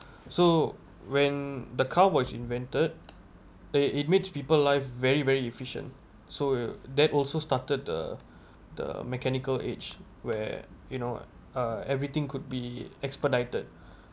so when the car was invented uh it makes people life very very efficient so that also started the the mechanical age where you know uh everything could be expedited